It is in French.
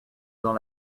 dans